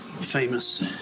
famous